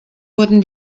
wurden